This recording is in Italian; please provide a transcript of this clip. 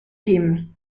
team